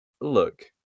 look